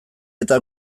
eta